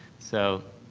so,